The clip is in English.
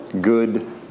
Good